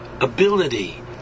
ability